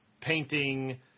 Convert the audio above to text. painting